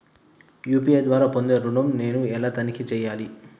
UPI ద్వారా పొందే ఋణం నేను ఎలా తనిఖీ చేయాలి?